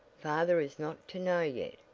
father is not to know yet,